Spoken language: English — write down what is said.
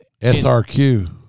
SRQ